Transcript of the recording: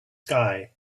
sky